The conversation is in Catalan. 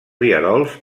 rierols